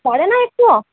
পড়ে না একটুও